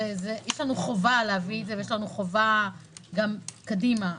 יש לנו חובה להביא את זה ויש לנו חובה גם קדימה,